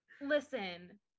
listen